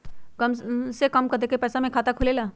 कम से कम कतेइक पैसा में खाता खुलेला?